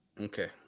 Okay